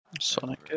Sonic